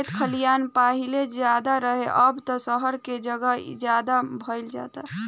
खेत खलिहान पाहिले ज्यादे रहे, अब त सहर के जगह ज्यादे भईल जाता